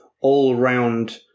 all-round